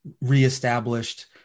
reestablished